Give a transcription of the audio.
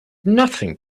nothing